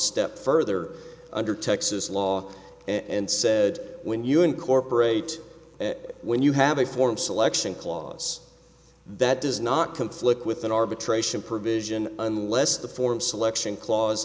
step further under texas law and said when you incorporate when you have a form selection clause that does not conflict with an arbitration provision unless the form selection cla